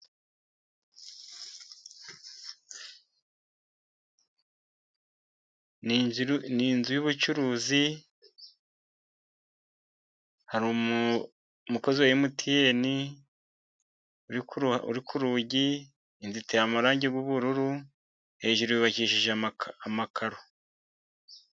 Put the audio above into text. Ni inzu y'ubucuruzi hari umukozi wa emutiyeni uri ku rugi, inzu iteye amarangi y'ubururu hejuru yubakishije amakaro.